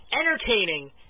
entertaining